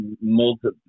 multiple